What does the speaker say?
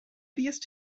fuest